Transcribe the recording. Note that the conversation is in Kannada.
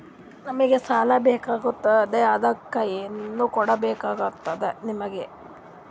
ನಮಗ ಸಾಲ ಬೇಕಾಗ್ಯದ ಅದಕ್ಕ ಏನು ಕೊಡಬೇಕಾಗ್ತದ ನಿಮಗೆ?